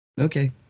Okay